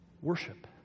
worship